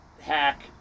Hack